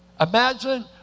Imagine